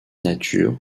nature